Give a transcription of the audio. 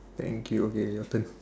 thank you okay your turn